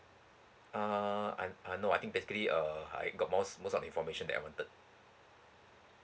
err ah ah no I think basically err I got most most of the information that I wanted